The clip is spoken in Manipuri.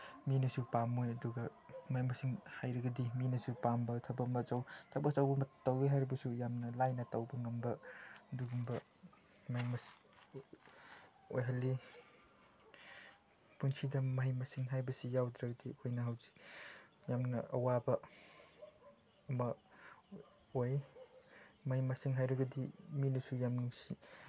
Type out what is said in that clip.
ꯃꯤꯅꯁꯨ ꯄꯥꯝꯃꯣꯏ ꯑꯗꯨꯒ ꯃꯍꯩ ꯃꯁꯤꯡ ꯍꯩꯔꯒꯗꯤ ꯃꯤꯅꯁꯨ ꯄꯥꯝꯕ ꯊꯕꯛ ꯑꯃ ꯊꯕꯛ ꯑꯆꯧꯕ ꯑꯃ ꯇꯧꯒꯦ ꯍꯥꯏꯔꯕꯁꯨ ꯌꯥꯝꯅ ꯂꯥꯏꯅ ꯇꯧꯕ ꯉꯝꯕ ꯑꯗꯨꯒꯨꯝꯕ ꯑꯣꯏꯍꯜꯂꯤ ꯄꯨꯟꯁꯤꯗ ꯃꯍꯩ ꯃꯁꯤꯡ ꯍꯥꯏꯕꯁꯤ ꯌꯥꯎꯗ꯭ꯔꯒꯗꯤ ꯑꯩꯈꯣꯏꯅ ꯍꯧꯖꯤꯛ ꯌꯥꯝꯅ ꯑꯋꯥꯕ ꯑꯃ ꯑꯣꯏ ꯃꯍꯩ ꯃꯁꯤꯡ ꯍꯩꯔꯒꯗꯤ ꯃꯤꯅꯁꯨ ꯌꯥꯝ ꯅꯨꯡꯁꯤ